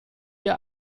ihr